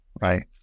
right